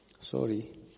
Sorry